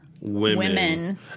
women